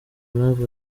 impamvu